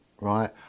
right